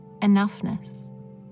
enoughness